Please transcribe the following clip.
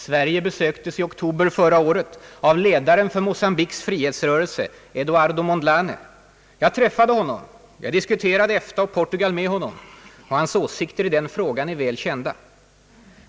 Sverige besöktes i oktober förra året av ledaren för Mocambiques frihetsrörelse, Eduardo Mondlane. Jag träffade honom, diskuterade EFTA och Portugal med honom — hans åsikter i den frågan är väl kända.